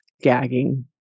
gagging